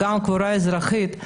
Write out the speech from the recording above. וגם הקבורה האזרחית.